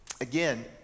again